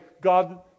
God